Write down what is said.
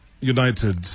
United